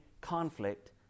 conflict